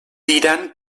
diran